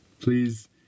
Please